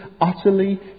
utterly